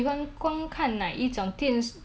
反而反而你来问我 ah